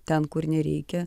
ten kur nereikia